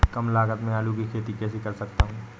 कम लागत में आलू की खेती कैसे कर सकता हूँ?